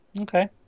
Okay